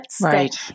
Right